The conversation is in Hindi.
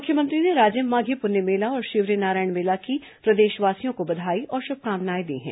मुख्यमंत्री ने राजिम माधी पुन्नी मेला और शिवरीनारायण मेला की प्रदेशवासियों को बधाई और शुभकामनाएं दी हैं